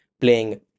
playing